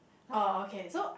oh okay so